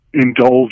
indulge